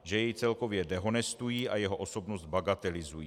Že jej celkově dehonestují a jeho osobnost bagatelizují.